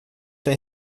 der